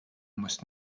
must